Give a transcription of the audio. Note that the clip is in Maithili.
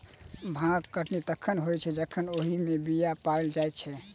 भांग कटनी तखन होइत छै जखन ओहि मे बीया पाइक जाइत छै